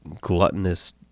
gluttonous